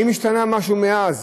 האם נשתנה משהו מאז?